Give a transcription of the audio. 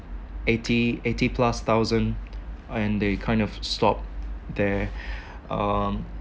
eighty eighty plus thousand and they kind of stopped their um